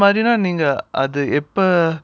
அப்டினா நீங்க அது எப்ப:apdinaa neenga athu eppa